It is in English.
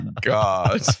God